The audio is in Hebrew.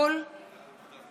(קוראת בשמות חברי הכנסת)